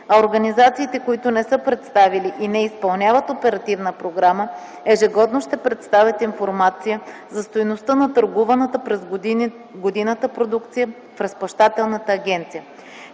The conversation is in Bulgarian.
организациите, които не са представили и не изпълняват оперативна програма, ежегодно ще представят информация за стойността на търгуваната през годината продукция в Разплащателната агенция.